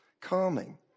calming